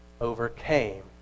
overcame